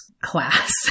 class